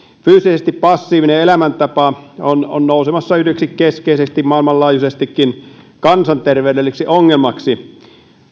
fyysisesti passiivinen elämäntapa on on nousemassa yhdeksi maailmanlaajuisestikin keskeiseksi kansanterveydelliseksi ongelmaksi